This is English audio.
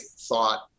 thought